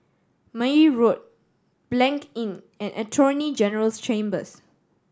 Meyer Road Blanc Inn and Attorney General's Chambers